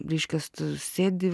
reiškias tu sėdi